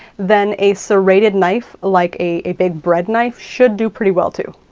then a serrated knife, like a big bread knife, should do pretty well, too.